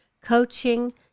Coaching